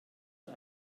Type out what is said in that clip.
der